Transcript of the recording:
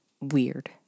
weird